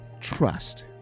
trust